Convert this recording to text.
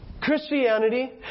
Christianity